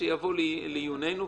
שתבוא לעיוננו,